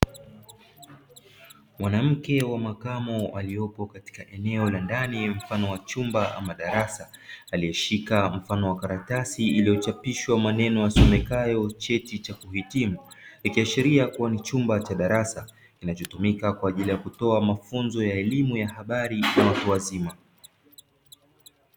Mwanamke wa makamu aliyepo katika eneo la ndani mfano wa chumba ama darasa, aliyeshika mfano wa karatasi kilichochapishwa maneno yasomekayo cheti cha kuhitimu, ikiashiria kuwa ni chumba cha darasa kinachotumika kwa ajili ya kutoa mafunzo ya elimu na habari, kwa watu wazima.